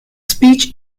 speech